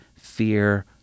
fear